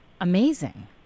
amazing